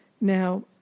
Now